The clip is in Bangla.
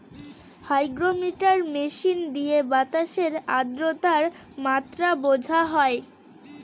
হাইগ্রোমিটার মেশিন দিয়ে বাতাসের আদ্রতার মাত্রা বোঝা হয়